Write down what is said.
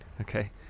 okay